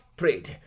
prayed